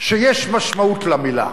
שיש משמעות למלה,